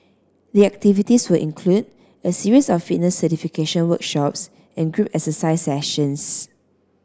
the activities will include a series of fitness certification workshops and group exercise sessions